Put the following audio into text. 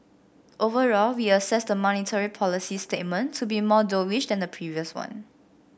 overall we assess the monetary policy statement to be more dovish than the previous one